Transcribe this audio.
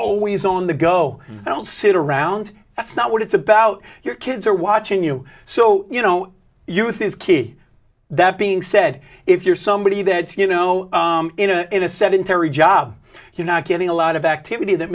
always on the go i don't sit around that's not what it's about your kids are watching you so you know you're with his kid that being said if you're somebody that's you know in a in a sedentary job you're not getting a lot of activity that